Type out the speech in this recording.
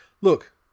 Look